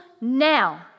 now